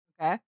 okay